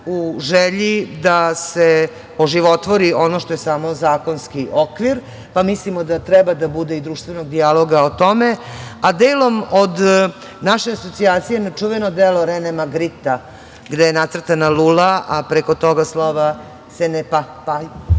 u želji da se oživotvori ono što je samo zakonski okvir, pa mislimo da treba da bude i društvenog dijaloga o tome, a delom od naše asocijacije na čuveno delo Renema Grita, gde je nacrtana lula, a preko toga slova.